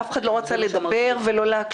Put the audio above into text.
אף אחד לא רצה לדבר ולהקשיב.